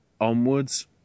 onwards